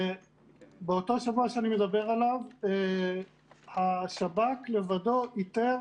באותו שבוע שאני מדבר עליו, השב"כ לבדו איתר